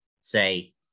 say